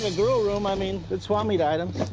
ah girl room. i mean, it's swap meet items.